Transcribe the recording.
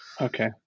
Okay